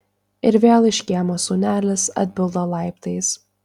ir vėl iš kiemo sūnelis atbilda laiptais